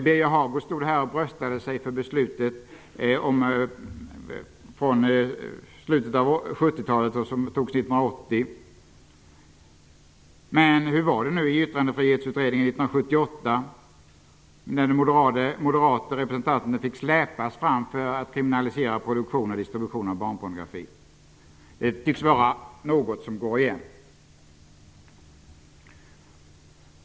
Birger Hagård stod här och bröstade sig över det beslut som fattades 1980. Men hur var det med Yttrandefrihetsutredningen 1978, där den moderate representanten fick släpas fram, medan övriga ville kriminalisera produktion och distribution av barnpornografi? Det tycks vara något som går igen.